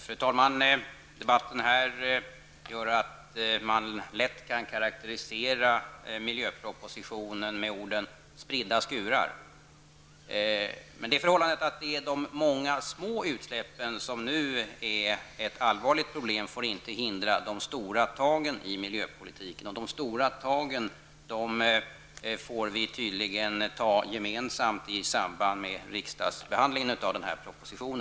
Fru talman! Debatten här tyder på att man lätt kan karakterisera miljöpropositionen med orden ''spridda skurar''. Men det förhållandet att det är de många små utsläppen som nu är ett allvarligt problem får inte hindra de stora tagen i miljöpolitiken. De stora tagen får vi tydligen ta gemensamt i samband med riksdagsbehandlingen av denna proposition.